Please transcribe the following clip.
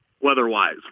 weather-wise